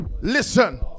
Listen